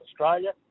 Australia